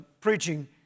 preaching